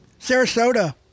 Sarasota